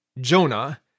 Jonah